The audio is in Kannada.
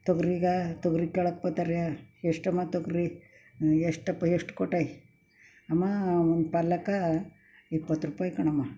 ತೊಗರಿ ಈಗ ತೊಗರಿ ಕೇಳೋಕೆ ಬರ್ತಾರ್ರೀ ಎಷ್ಟು ಮೊತ್ತಕ್ರೀ ಎಷ್ಟಪ್ಪ ಎಷ್ಟು ಕೊಟ್ಟೆ ಅಮ್ಮ ಒಂದು ಪಲ್ಲಕ್ಕೆ ಇಪ್ಪತ್ರೂಪಾಯಿ ಕಣಮ್ಮ